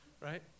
right